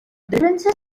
differences